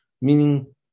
meaning